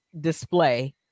display